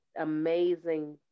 amazing